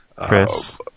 Chris